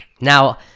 Now